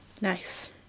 Nice